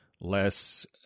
less